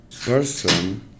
person